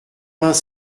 vingt